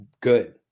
good